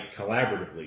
collaboratively